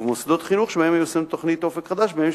ובמוסדות חינוך שבהם מיושמת התוכנית "אופק חדש" בימים